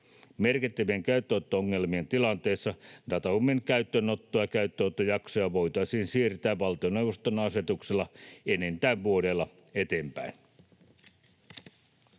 Merkittävien käyttöönotto-ongelmien tilanteessa datahubin käyttöönottoa ja käyttöönottojaksoja voitaisiin siirtää valtioneuvoston asetuksella enintään vuodella eteenpäin.